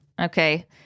okay